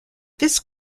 this